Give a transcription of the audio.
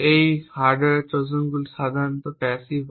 এই হার্ডওয়্যার ট্রোজানগুলি সাধারণত প্যাসিভ হয়